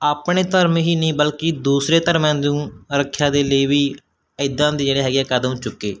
ਆਪਣੇ ਧਰਮ ਹੀ ਨਹੀਂ ਬਲਕਿ ਦੂਸਰੇ ਧਰਮਾਂ ਨੂੰ ਰੱਖਿਆ ਦੇ ਲਈ ਵੀ ਇੱਦਾਂ ਦੇ ਜਿਹੜੇ ਹੈਗੇ ਆ ਕਦਮ ਚੁੱਕੇ